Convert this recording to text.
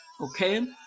okay